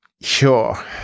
sure